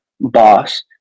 boss